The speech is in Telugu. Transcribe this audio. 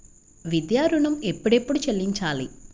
విద్యా ఋణం ఎప్పుడెప్పుడు చెల్లించాలి?